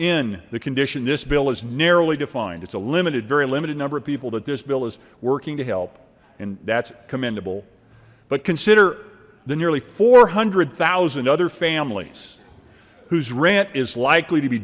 in the condition this bill is narrowly defined it's a limited very limited number of people that this bill is working to help and that's commendable but consider the nearly four hundred zero other families whose rent is likely to be